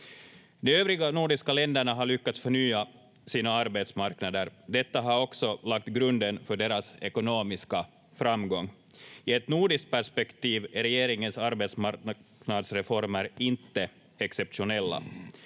De övriga nordiska länderna har lyckats förnya sina arbetsmarknader. Detta har också lagt grunden för deras ekonomiska framgång. I ett nordiskt perspektiv är regeringens arbetsmarknadsreformer inte exceptionella.